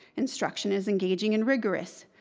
instruction is engaging and rigorous.